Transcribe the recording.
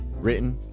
Written